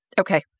Okay